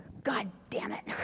god damn it.